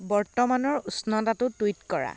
বৰ্তমানৰ উষ্ণতাটো টুইট কৰা